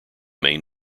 main